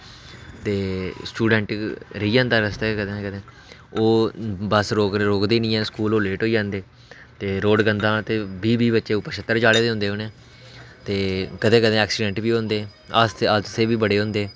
ते स्टूडेंट रेही जंदा रस्ते कदें कदें ओह् बस्स रुकदी निं ऐ ते ओह् लेट होई जंदे ते रोड़ गंदा ते बीह् बीह् बच्चे छत्तै उप्पर चाढ़े दे होंदे उ'नें ते कदें कदें एक्सीडेंट बी होंदे हादसे बी बड़े होंदे